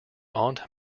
aunt